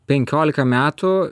penkiolika metų